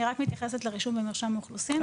אני רק מתייחסת לרישום במרשם האוכלוסין,